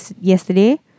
yesterday